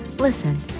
listen